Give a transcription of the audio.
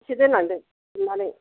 एसे दोनलांदो अननानै